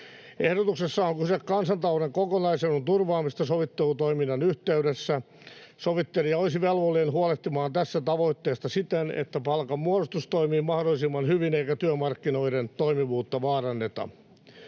Ehdotuksessa on kyse kansantalouden kokonaisedun turvaamisesta sovittelutoiminnan yhteydessä. Sovittelija olisi velvollinen huolehtimaan tästä tavoitteesta siten, että palkanmuodostus toimii mahdollisimman hyvin eikä työmarkkinoiden toimivuutta vaaranneta.